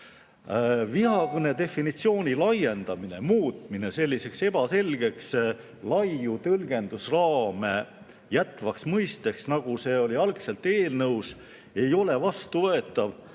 Vihakõne definitsiooni laiendamine ja muutmine selliseks ebaselgeks, laiu tõlgendusraame jätvaks mõisteks, nagu see oli algselt eelnõus, ei ole vastuvõetav,